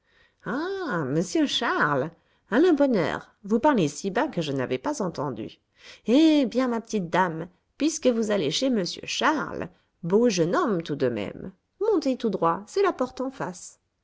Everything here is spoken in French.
ah m charles à la bonne heure vous parlez si bas que je n'avais pas entendu eh bien ma petite dame puisque vous allez chez m charles beau jeune homme tout de même montez tout droit c'est la porte en face